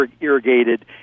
irrigated